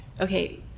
okay